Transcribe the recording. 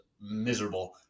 miserable